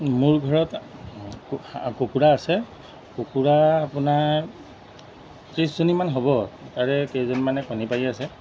মোৰ ঘৰত কুকুৰা আছে কুকুৰা আপোনাৰ ত্ৰিছজনীমান হ'ব তাৰে কেইজনমানে কণী পাৰি আছে